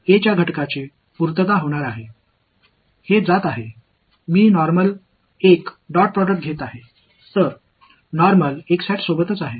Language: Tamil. நான் ஒரு சாதாரண டாட் ப்ரோடக்டை எடுத்துக்கொள்கிறேன்